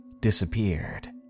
disappeared